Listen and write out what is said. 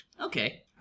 Okay